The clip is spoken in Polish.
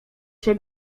się